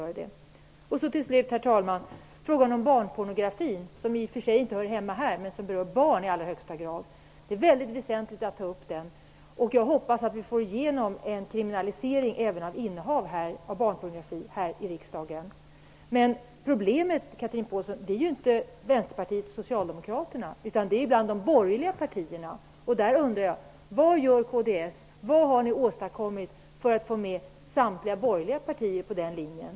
Herr talman! Till slut har vi frågan om barnpornografin, som i och för sig inte hör hemma här men som berör barn i allra högsta grad. Det är mycket väsentligt att ta upp den. Jag hoppas att vi får igenom en kriminalisering även av innehav av barnpornografi här i riksdagen. Problemet ligger ju inte hos Vänsterpartiet och Socialdemokraterna, Chatrine Pålsson. Problemet finns hos de borgerliga partierna. Jag undrar vad kds gör och vad ni har åstadkommit för att få med samtliga borgerliga partier på den linjen.